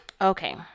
okay